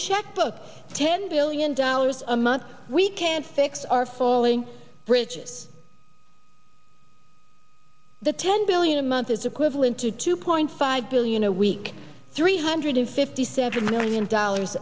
checkbook ten billion dollars a month we can't fix our falling bridges the ten billion a month is equivalent to two point five billion a week three hundred fifty seven million dollars